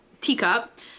teacup